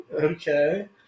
Okay